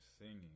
singing